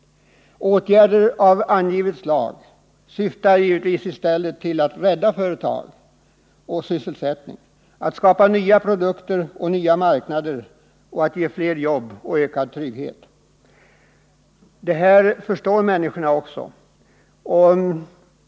Åtgärder av angivet slag syftar givetvis i stället till att rädda företag och sysselsättning, skapa nya produkter och nya marknader samt ge flera jobb och ökad trygghet. Detta förstår också människorna.